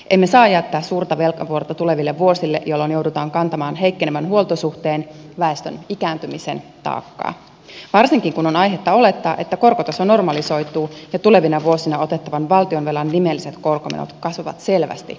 emme saa jättää suurta velkavuorta tuleville vuosille jolloin joudutaan kantamaan heikkenevän huoltosuhteen väestön ikääntymisen taakkaa varsinkin kun on aihetta olettaa että korkotaso normalisoituu ja tulevina vuosina otettavan valtionvelan nimelliset korkomenot kasvavat selvästi nykytasosta